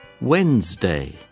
wednesday